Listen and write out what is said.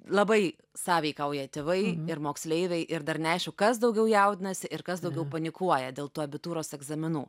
labai sąveikauja tėvai ir moksleiviai ir dar neaišku kas daugiau jaudinasi ir kas daugiau panikuoja dėl tų abitūros egzaminų